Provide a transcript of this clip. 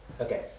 Okay